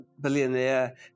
billionaire